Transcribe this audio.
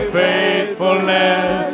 faithfulness